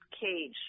cage